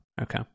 okay